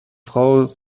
frau